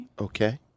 Okay